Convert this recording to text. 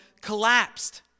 collapsed